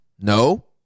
No